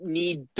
need